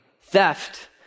theft